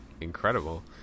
incredible